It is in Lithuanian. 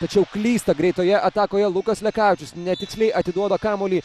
tačiau klysta greitoje atakoje lukas lekavičius netiksliai atiduoda kamuolį